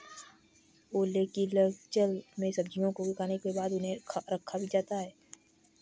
olericulture में सब्जियों को उगाने के बाद उन्हें रखा भी जाता है